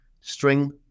string